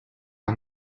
and